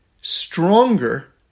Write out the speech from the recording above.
stronger